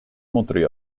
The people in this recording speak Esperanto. montri